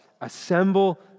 assemble